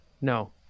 No